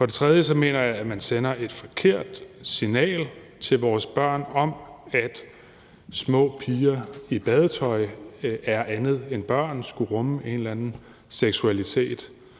Endelig mener jeg, at man sender et forkert signal til vores børn om, at små piger i badetøj er andet end børn og skulle rumme en eller anden seksualitet.